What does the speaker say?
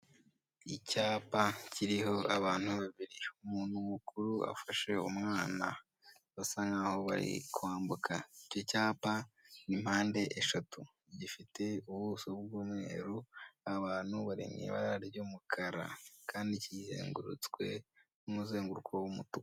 Icyapa kiriho abantu, umuntu mukuru afashe umwana basa nk'aho bari kwambuka, icyo cyapa ni mpande eshatu, gifite ubuso bw'umweru, abantu bari mu ibara ry'umukara kandi kizengurutswe n'umuzenguruko w'umutuku.